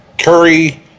Curry